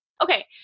Okay